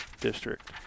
district